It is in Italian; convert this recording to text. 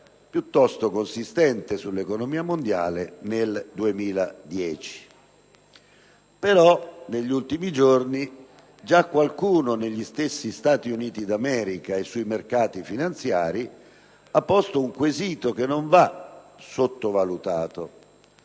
piuttosto consistente dell'economia mondiale nel 2010. Tuttavia, negli ultimi giorni già qualcuno negli stessi Stati Uniti d'America e sui mercati finanziari ha posto un quesito che non va sottovalutato.